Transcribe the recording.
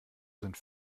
sind